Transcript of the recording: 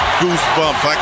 goosebumps